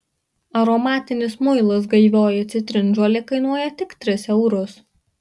aromatinis muilas gaivioji citrinžolė kainuoja tik tris eurus